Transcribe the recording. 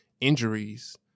injuries